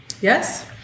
Yes